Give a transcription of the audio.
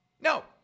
No